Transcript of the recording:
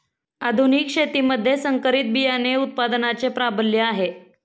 आधुनिक शेतीमध्ये संकरित बियाणे उत्पादनाचे प्राबल्य आहे